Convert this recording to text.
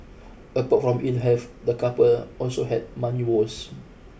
apart from ill health the couple also had money woes